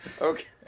Okay